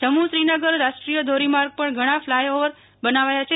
જમ્મુ શ્રીનગર રાષ્ટ્રીય ધોરીમાર્ગ પર ઘણા ફલાય ઓવર બનાવાય છે